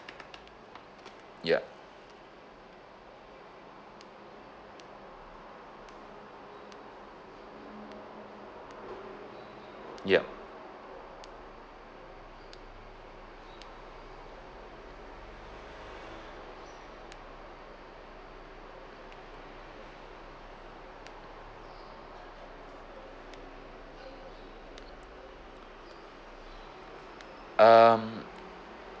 yup yup um